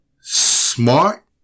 smart